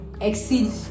exceed